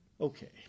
Okay